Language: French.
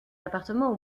appartements